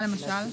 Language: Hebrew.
מה למשל?